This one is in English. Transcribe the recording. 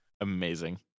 amazing